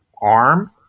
arm